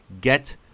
get